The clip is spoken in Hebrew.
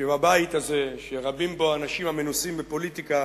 שבבית הזה, שרבים בו האנשים המנוסים בפוליטיקה,